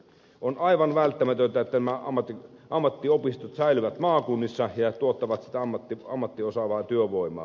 on aivan välttämätöntä että nämä ammattiopistot säilyvät maakunnissa ja tuottavat sitä ammattiosaavaa työvoimaa